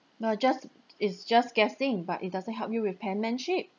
no just it's just guessing but it doesn't help you with penmanship